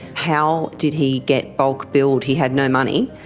how did he get bulk billed, he had no money,